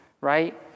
right